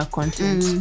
content